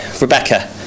Rebecca